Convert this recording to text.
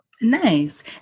Nice